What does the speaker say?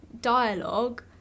dialogue